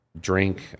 drink